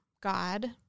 God